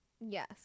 Yes